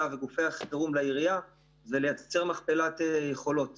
וגופי החירום לעירייה ולייצר מכפלת יכולות